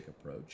approach